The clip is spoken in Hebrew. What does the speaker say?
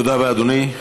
תודה רבה, אדוני.